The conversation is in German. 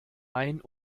ein